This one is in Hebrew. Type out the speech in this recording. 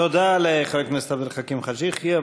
תודה לחבר הכנסת עבד אל חכים חאג' יחיא.